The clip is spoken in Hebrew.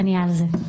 אני על זה.